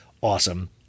Awesome